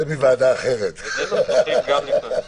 זו נקודה אחת, שאנחנו מחכים לשמוע תשובה עליה,